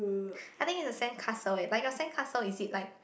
I think is a sandcastle eh like your sandcastle is it like